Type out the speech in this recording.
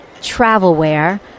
Travelware